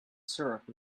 syrup